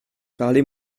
parlez